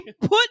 put